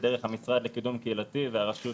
דרך המשרד לקידום קהילתי והרשות